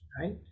right